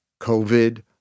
COVID